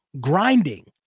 grinding